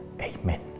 Amen